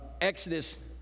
Exodus